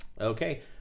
Okay